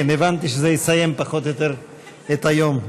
כן, הבנתי שזה יסיים פחות או יותר את היום.